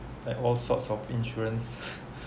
like all sorts of insurance